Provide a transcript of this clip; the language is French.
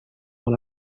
dans